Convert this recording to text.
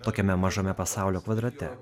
tokiame mažame pasaulio kvadrate